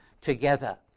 together